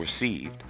received